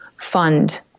fund